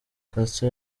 castro